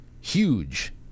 huge